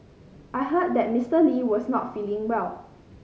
I heard that Mister Lee was not feeling well